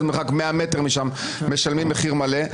במרחק 100 מטרים משם משלמים מחיר מלא.